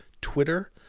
Twitter